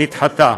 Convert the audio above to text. נדחתה.